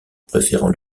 préférant